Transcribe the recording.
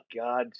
God